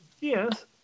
Yes